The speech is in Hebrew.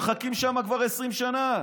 הם מחכים שם כבר 20 שנה.